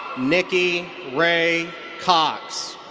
nickki rae cox.